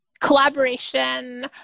collaboration